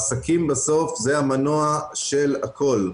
העסקים בסוף זה המנוע של הכול.